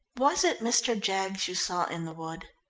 was it mr. jaggs you saw in the wood?